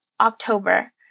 October